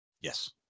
Yes